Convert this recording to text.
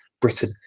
Britain